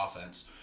offense